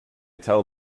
tell